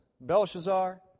Belshazzar